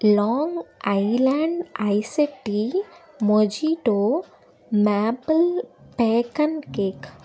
long island iced tea mojito maple bacon cake